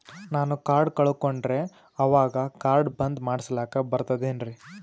ನಾನು ಕಾರ್ಡ್ ಕಳಕೊಂಡರ ಅವಾಗ ಕಾರ್ಡ್ ಬಂದ್ ಮಾಡಸ್ಲಾಕ ಬರ್ತದೇನ್ರಿ?